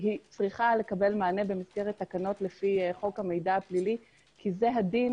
היא צריכה לקבל מענה במסגרת תקנות לפי חוק המידע הפלילי כי זה הדין